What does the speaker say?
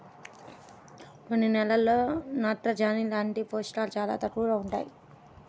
కొన్ని నేలల్లో నత్రజని లాంటి పోషకాలు చాలా తక్కువగా ఉంటాయి